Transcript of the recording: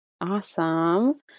Awesome